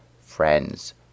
friends